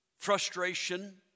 Frustration